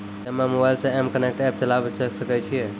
कि हम्मे मोबाइल मे एम कनेक्ट एप्प चलाबय सकै छियै?